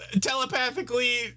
telepathically